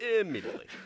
Immediately